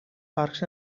parcs